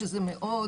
שזה מאוד